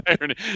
irony